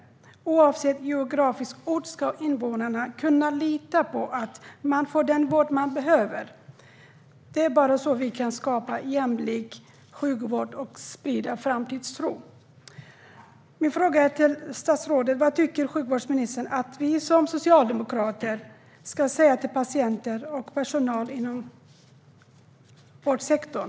Oavsett geografisk ort ska invånarna kunna lita på att man får den vård man behöver. Det är bara så vi kan skapa en jämlik sjukvård och sprida framtidstro. Min fråga till statsrådet är: Vad tycker sjukvårdsministern att vi som socialdemokrater ska säga till patienter och personal inom vårdsektorn?